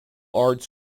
arts